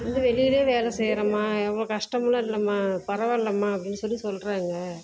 இல்லை வெளிலேயே வேலை செய்யுறம்மா அவ்வளோ கஷ்டம்லாம் இல்லைமா பரவாயில்லைமா அப்படினு சொல்லி சொல்கிறாங்க